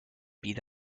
beat